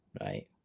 right